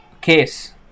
case